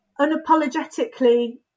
unapologetically